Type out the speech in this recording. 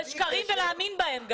זה שקרים ולהאמין בהם גם.